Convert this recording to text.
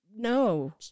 no